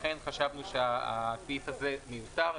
לכן חשבנו שהסעיף הזה מיותר.